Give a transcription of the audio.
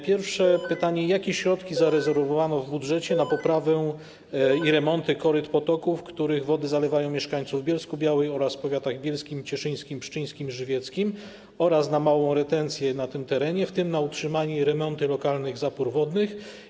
Pierwsze pytanie: Jakie środki zarezerwowano w budżecie na poprawę i remonty koryt potoków, których wody zalewają mieszkańców Bielska-Białej oraz powiatów: bielskiego, cieszyńskiego, pszczyńskiego i żywieckiego, oraz na małą retencję na tym terenie, w tym na utrzymanie i remonty lokalnych zapór wodnych?